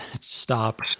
Stop